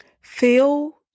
feel